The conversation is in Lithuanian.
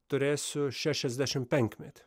turėsiu šešiasdešimt penkmetį